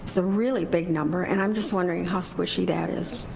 so really big number, and i'm just wondering how squishy that is?